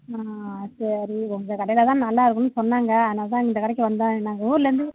ஆ சரி உங்கள் கடையில் தான் நல்லா இருக்கும்னு சொன்னாங்க அதனால் தான் இந்த கடைக்கு வந்தேன் நாங்கள் ஊரிலேருந்து